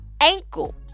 ankle